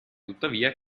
tuttavia